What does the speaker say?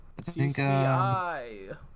CCI